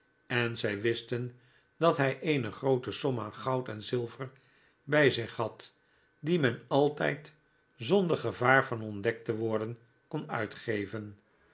en zij wisten dat hij eene groote som aan goud en zilver bij zich had die men altijd zonder gevaar van ontdekt te worden kon uitgeven